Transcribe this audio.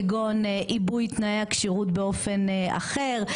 כגון עיבוי תנאי הכשירות באופן אחר,